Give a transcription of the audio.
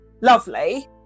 lovely